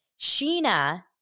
Sheena